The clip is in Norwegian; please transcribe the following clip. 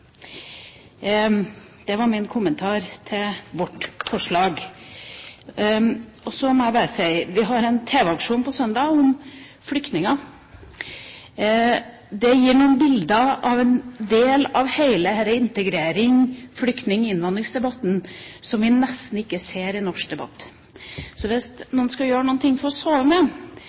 Det var min kommentar til vårt forslag. Så har vi en tv-aksjon på søndag for flyktninger. Det gir noen bilder av en del av hele denne integrerings-, flyktning- og innvandringsdebatten som vi nesten ikke ser i norsk debatt. Så hvis man skal ha noe å